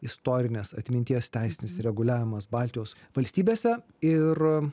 istorinės atminties teisinis reguliavimas baltijos valstybėse ir